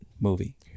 movie